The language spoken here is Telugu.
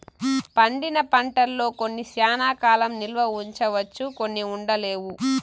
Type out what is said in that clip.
పండిన పంటల్లో కొన్ని శ్యానా కాలం నిల్వ ఉంచవచ్చు కొన్ని ఉండలేవు